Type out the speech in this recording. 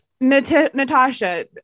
Natasha